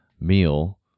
meal